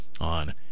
on